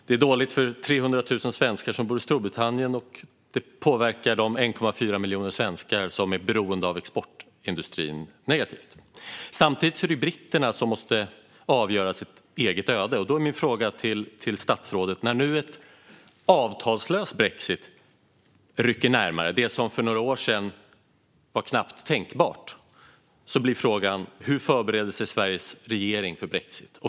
Den är dålig för 300 000 svenskar som bor i Storbritannien, och den påverkar de 1,4 miljoner svenskar som är beroende av exportindustrin på ett negativt sätt. Samtidigt är det britterna som måste avgöra sitt eget öde. När nu en avtalslös brexit rycker närmare, det som för några år sedan var knappt tänkbart, blir frågan till statsrådet: Hur förbereder sig Sveriges regering för brexit?